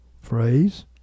phrase